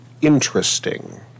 interesting